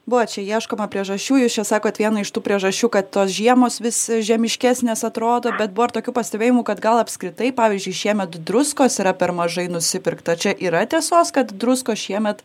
buvo čia ieškoma priežasčių jūs čia sakot vieną iš tų priežasčių kad tos žiemos vis žemiškesnės atrodo bet buvo ar tokių pastebėjimų kad gal apskritai pavyzdžiui šiemet druskos yra per mažai nusipirkta čia yra tiesos kad druskos šiemet